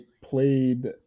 played